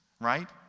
right